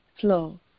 flow